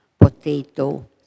potato